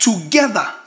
together